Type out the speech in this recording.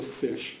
fish